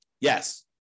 Yes